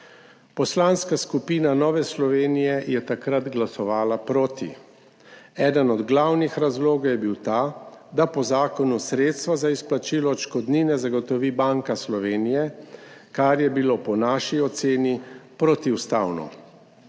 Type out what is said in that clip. Poslanska skupina Nova Slovenija je takrat glasovala proti. Eden od glavnih razlogov je bil ta, da po zakonu sredstva za izplačilo odškodnine zagotovi Banka Slovenije, kar je bilo po naši oceni protiustavno.